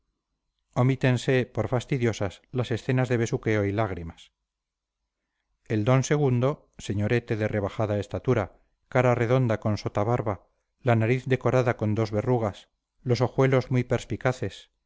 omítense por fastidiosas las escenas de besuqueo y lágrimas el d segundo señorete de rebajada estatura cara redonda con sotabarba la nariz decorada con dos verrugas los ojuelos muy perspicaces